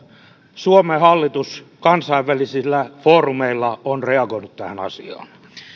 suomen hallitus kansainvälisillä foorumeilla on reagoinut tähän asiaan